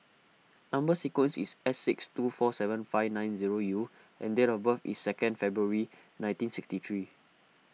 Number Sequence is S six two four seven five nine zero U and date of birth is second February nineteen sixty three